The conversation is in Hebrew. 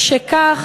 משכך,